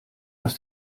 was